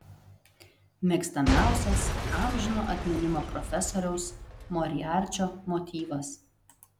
mėgstamiausias amžino atminimo profesoriaus moriarčio motyvas